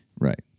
Right